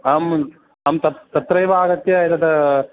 आम् अहं तत्रैव आगत्य एतद्